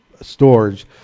storage